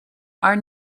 are